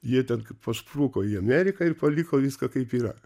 jie ten kaip paspruko į ameriką ir paliko viską kaip yra